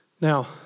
Now